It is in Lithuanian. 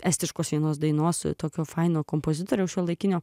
estiškos vienos dainos tokio faino kompozitoriaus šiuolaikinio